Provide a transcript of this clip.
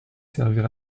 servir